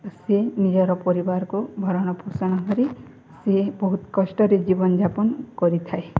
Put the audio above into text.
ସିଏ ନିଜର ପରିବାରକୁ ଭରଣ ପୋଷଣ କରି ସିଏ ବହୁତ କଷ୍ଟରେ ଜୀବନଯାପନ କରିଥାଏ